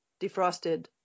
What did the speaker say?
defrosted